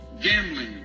gambling